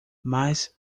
mas